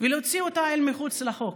ולהוציא אותה אל מחוץ לחוק?